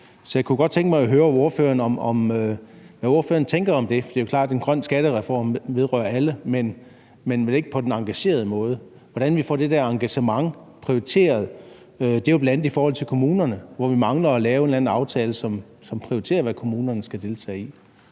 Så jeg kunne godt tænke mig at høre ordføreren, hvad ordføreren tænker om det. Det er jo klart, at en grøn skattereform vedrører alle, men vel ikke på den engagerede måde. Så hvordan får vi det der engagement prioriteret? Det er jo bl.a. i forhold til kommunerne, hvor vi mangler at lave en eller anden aftale, som prioriterer, hvad kommunerne skal deltage i.